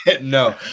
No